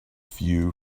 few